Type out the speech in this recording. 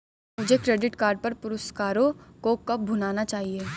मुझे credit card पर पुरस्कारों को कब भुनाना चाहिए?